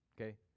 okay